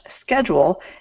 schedule